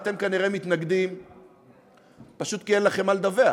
אתם כנראה מתנגדים פשוט כי אין לכם מה לדווח.